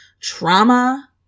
trauma